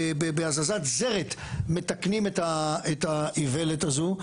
בהזזת זרת מתקנים את האיוולת הזו.